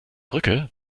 brücke